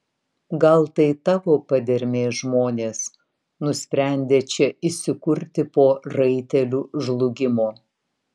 gal tai tavo padermės žmonės nusprendę čia įsikurti po raitelių žlugimo